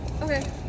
Okay